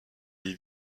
les